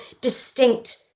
distinct